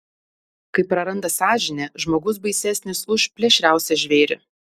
kai praranda sąžinę žmogus baisesnis už plėšriausią žvėrį